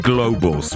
Global